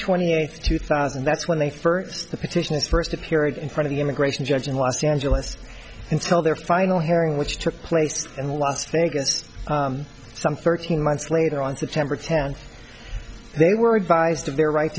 twenty eighth two thousand that's when they first the petitions first appeared in front of the immigration judge in los angeles and tell their final hearing which took place in las vegas some thirteen months later on september tenth they were advised of their right